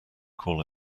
call